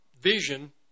vision